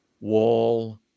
wall